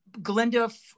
Glenda